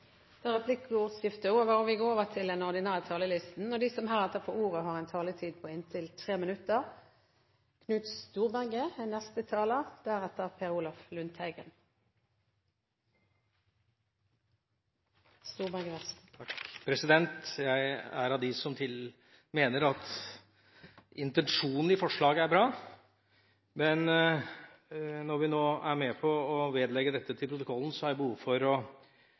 er dermed over. De talere som heretter får ordet, har en taletid på inntil 3 minutter. Jeg er en av dem som mener at intensjonen i forslaget er bra. Men når vi nå er med på å vedlegge dette protokollen, har jeg behov for å